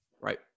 Right